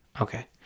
okay